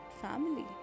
family